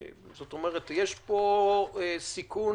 זאת אומרת, יש פה שלוש בעיות: האחת, יש סיכון